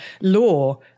law